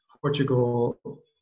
Portugal